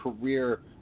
career